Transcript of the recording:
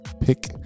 pick